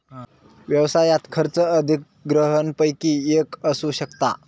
व्यवसायात खर्च अधिग्रहणपैकी एक असू शकता